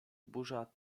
burza